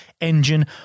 engine